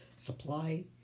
supply